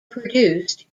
produced